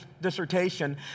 dissertation